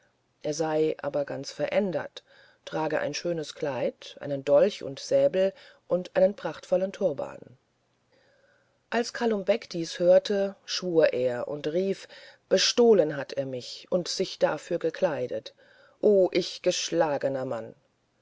er sei aber ganz verändert trage ein schönes kleid einen dolch und säbel und einen prachtvollen turban als kalum beck dies hörte schwur er und rief bestohlen hat er mich und sich dafür gekleidet o ich geschlagener mann